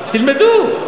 תלמדו.